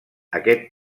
aquest